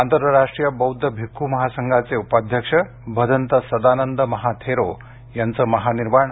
आंतरराष्ट्रीय बौद्धभिक्खू महासंघाचे उपाध्यक्ष भदंत सदानंद महाथेरो यांचं महानिर्वाण